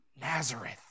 Nazareth